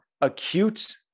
acute